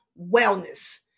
wellness